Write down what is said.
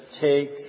take